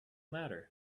matter